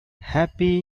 happy